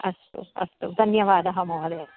अस्तु अस्तु धन्यवादः महोदय